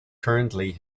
currently